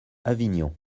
avignon